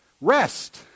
Rest